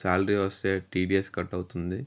salary వస్తే TDS cut అవుతుంది